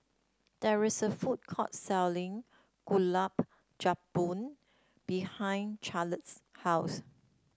there is a food court selling Gulab Jamun behind Carleigh's house